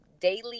daily